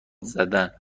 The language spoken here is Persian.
زدن